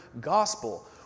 gospel